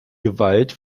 gewalt